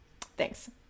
Thanks